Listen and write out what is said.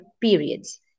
periods